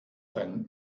einen